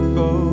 go